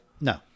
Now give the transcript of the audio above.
No